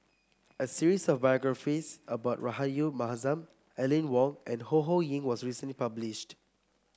a series of biographies about Rahayu Mahzam Aline Wong and Ho Ho Ying was recently published